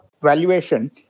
valuation